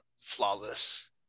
flawless